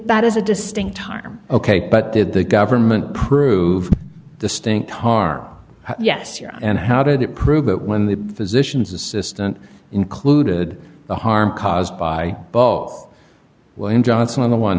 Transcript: that is a distinct time ok but did the government prove distinct harm yes you know and how did it prove that when the physician's assistant included the harm caused by both william johnson on the one